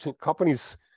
companies